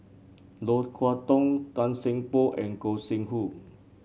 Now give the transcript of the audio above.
Low Kway Dong Tan Seng Poh and Gog Sing Hooi